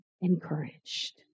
encouraged